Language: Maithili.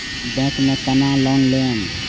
बैंक में केना लोन लेम?